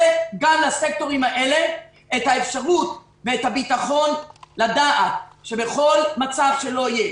לתת גם לסקטורים האלה את האפשרות ואת הביטחון לדעת שבכל מצב שלא יהיה,